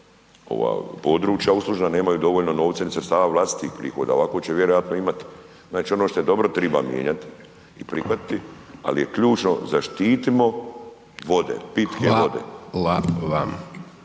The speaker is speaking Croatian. područja uslužna nemaju dovoljno novca ni sredstava vlastitih prihoda, ovako će vjerojatno imati. Znači ono što je dobro, treba mijenjati i prihvatiti ali je ključno zaštitimo vode, pitke vode. **Hajdaš